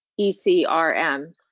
ECRM